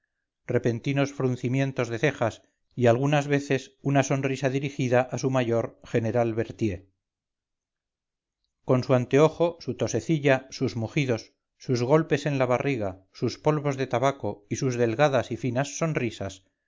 repentinos fruncimientos de cejas y algunas veces una sonrisa dirigida a su mayor general berthier con suanteojo su tosecilla sus mugidos sus golpes en la barriga sus polvos de tabaco y sus delgadas y finas sonrisas